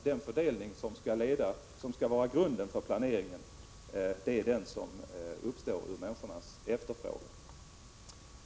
Den fördelning som skall ligga till grund för planeringen är under alla förhållanden den som tar sig uttryck i människornas efterfrågan.